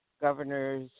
governors